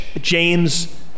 James